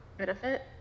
benefit